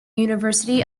university